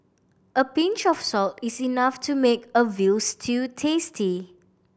a pinch of salt is enough to make a veal stew tasty